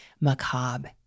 macabre